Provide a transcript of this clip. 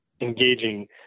engaging